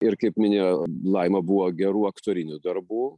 ir kaip minėjo laima buvo gerų aktorinių darbų